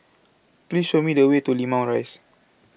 Please Show Me The Way to Limau Rise